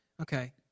Okay